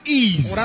ease